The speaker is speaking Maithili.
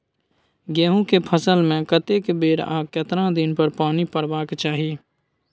गेहूं के फसल मे कतेक बेर आ केतना दिन पर पानी परबाक चाही?